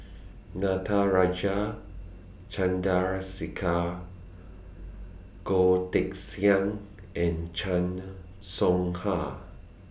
Natarajan Goh Teck Sian and Chan Soh Ha